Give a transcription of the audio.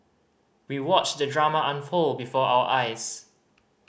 we watched the drama unfold before our eyes